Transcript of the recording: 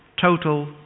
total